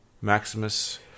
Maximus